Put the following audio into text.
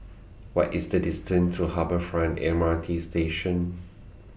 What IS The distance to Harbour Front M R T Station